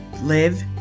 live